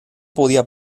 podía